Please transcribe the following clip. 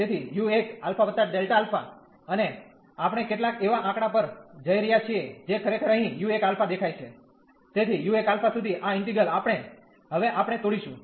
તેથી u1 α Δα અને આપણે કેટલાક એવા આંકડા પર જઈ રહ્યા છીએ જે ખરેખર અહીં u1 α દેખાય છે તેથી u1 α સુધી આ ઈન્ટિગ્રલ આપણે હવે આપણે તોડીશું